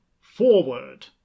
Forward